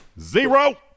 Zero